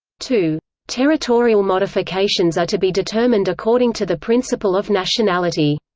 two territorial modifications are to be determined according to the principle of nationality